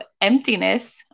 emptiness